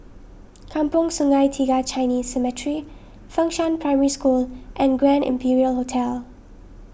Kampong Sungai Tiga Chinese Cemetery Fengshan Primary School and Grand Imperial Hotel